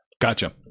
Gotcha